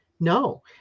No